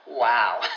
Wow